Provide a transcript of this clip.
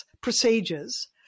procedures